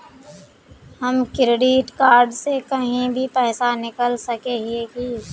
हम credit card से कहीं भी पैसा निकल सके हिये की?